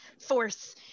force